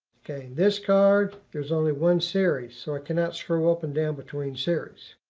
okay. this card, there's only one series. so i cannot scroll up and down between series.